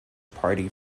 party